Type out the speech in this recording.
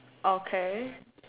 okay